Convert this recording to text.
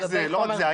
לא רק זה,